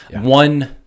One